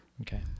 Okay